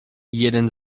jeden